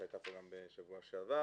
שהיתה פה גם בשבוע שעבר.